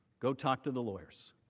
go talk to the lawyers.